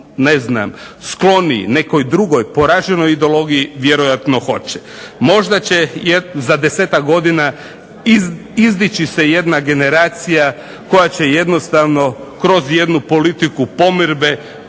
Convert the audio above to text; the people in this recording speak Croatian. ne znam skloniji nekoj drugoj poraženoj ideologiji vjerojatno hoće. Možda je, za 10-ak godina izdići se jedna generacija koja će jednostavno kroz jednu politiku pomirbe